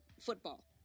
football